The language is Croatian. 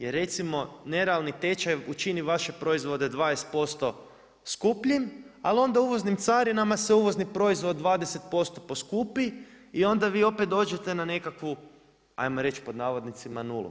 Jer recimo nerealni tečaj učini vaše proizvode 20% skupljim ali onda uvoznim carinama se uvozni proizvod 20% poskupi i onda vi opet dođete na nekakvu 'ajmo reći pod navodnicima nulu.